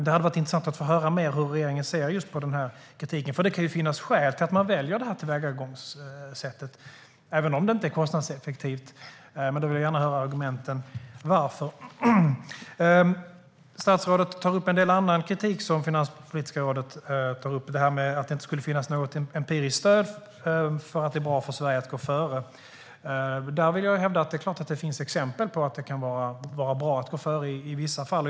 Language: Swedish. Det hade varit intressant att höra mer om hur regeringen ser på den här kritiken, för det kan ju finnas skäl till att man väljer det här tillvägagångssättet även om det inte är kostnadseffektivt. Men då vill jag gärna höra argumenten för det. Statsrådet tar upp en del annan kritik från Finanspolitiska rådet. När det gäller det här med att det inte skulle finnas något empiriskt stöd för att det är bra för Sverige att gå före vill jag hävda att det är klart att det finns exempel på att det kan vara bra att gå före i vissa fall.